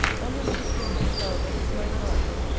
on your mother's goodness, however, is my reliance.